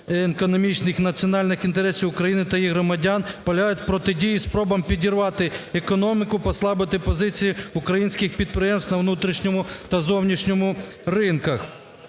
економічних і національних інтересів України та її громадян полягають в протидії спробам підірвати економіку, послабити позиції українських підприємств на внутрішньому та зовнішніх ринках